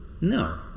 No